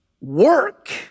Work